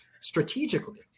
strategically